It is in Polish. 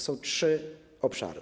Są trzy obszary.